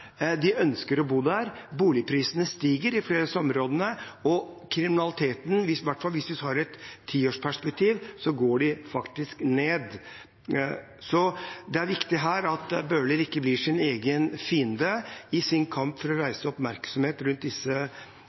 de ønsker å bo der, boligprisene stiger i flere av disse områdene, og kriminaliteten, i hvert fall hvis vi ser den i et tiårsperspektiv, går faktisk ned. Så det er viktig at Bøhler her ikke blir sin egen fiende. I sin kamp for å reise oppmerksomhet rundt disse